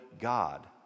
God